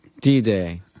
D-Day